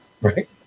Right